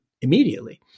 immediately